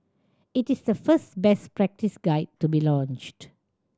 it is the first best practice guide to be launched